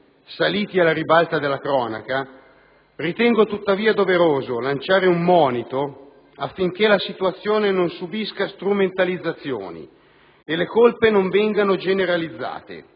saliti alla ribalta della cronaca, ritengo tuttavia doveroso lanciare un monito affinché la situazione non subisca strumentalizzazioni e le colpe non vengano generalizzate;